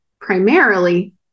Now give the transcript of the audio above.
primarily